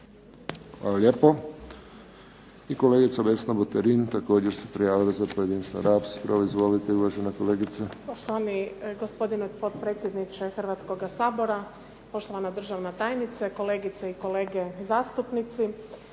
Hvala lijepo. I kolegica Vesna Buterin također se prijavila za pojedinačnu raspravu. Izvolite, uvažena kolegice. **Buterin, Vesna (HDZ)** Poštovani gospodine potpredsjedniče Hrvatskoga sabora, poštovana državna tajnice, kolegice i kolege zastupnici.